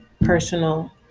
personal